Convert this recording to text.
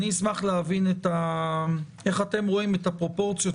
אני אשמח להבין איך אתם רואים את הפרופורציות